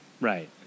Right